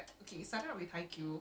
okay okay